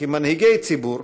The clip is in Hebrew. כמנהיגי ציבור,